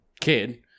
kid